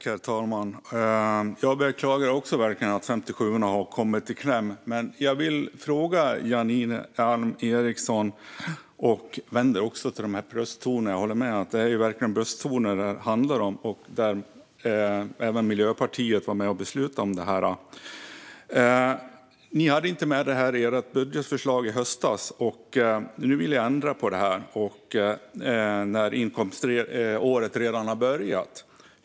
Herr talman! Också jag beklagar verkligen att 57:orna har kommit i kläm, men jag har en fråga till Janine Alm Ericson. Jag vänder mig dessutom emot det jag håller med om verkligen är brösttoner. Även Miljöpartiet var ju med och beslutade om detta. Ni hade inte med detta i ert budgetförslag i höstas, Janine Alm Ericson. Nu vill ni ändra på det, när inkomståret redan har börjat.